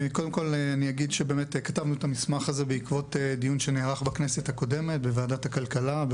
כתבנו את המסמך הזה בעקבות דיון שנערך בוועדת הכלכלה בכנסת הקודמת,